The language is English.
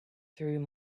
through